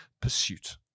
pursuit